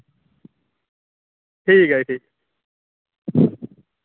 ठीक ऐ जी ठीक